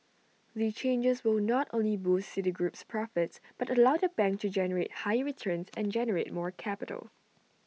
the changes will not only boost Citigroup's profits but allow the bank to generate higher returns and generate more capital